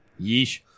Yeesh